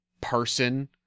person